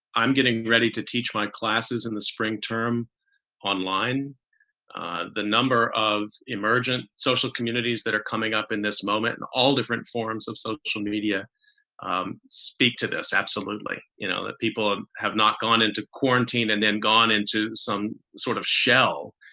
i'm getting ready to teach my classes in the spring term online the number of emergent social communities that are coming up in this moment in all different forms of social media um speak to this. absolutely. you know, people have not gone into quarantine and then gone into some sort of shell.